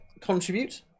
contribute